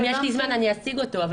אני יכולה להציג אותו אם יש לי זמן,